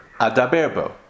adaberbo